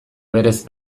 berez